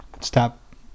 stop